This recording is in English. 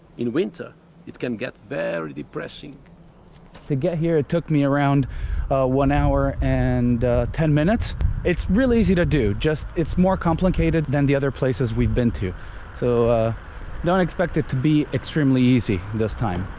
in winter it can get very depressing to get here it took me around one hour and ten minutes it's real easy to do just it's more complicated than the other places we've been to so don't expect it to be extremely easy this time